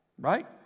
Right